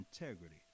integrity